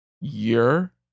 year